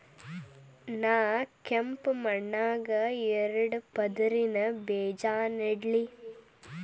ನಾ ಕೆಂಪ್ ಮಣ್ಣಾಗ ಎರಡು ಪದರಿನ ಬೇಜಾ ನೆಡ್ಲಿ?